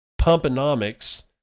pumponomics